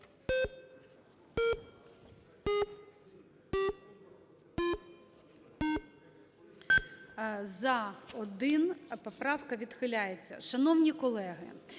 За-1 Поправка відхиляється. Шановні колеги,